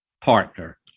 partner